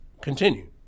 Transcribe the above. continue